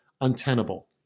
untenable